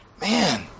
Man